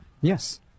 Yes